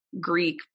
Greek